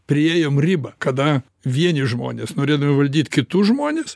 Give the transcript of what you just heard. priėjom ribą kada vieni žmonės norėdami valdyt kitus žmones